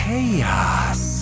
Chaos